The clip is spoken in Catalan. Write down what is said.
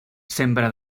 sembra